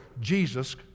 jesus